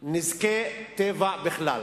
פיצוי על נזקי טבע בכלל.